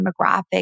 demographic